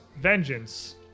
vengeance